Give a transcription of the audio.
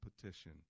petition